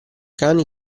cani